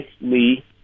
Lee